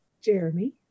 Jeremy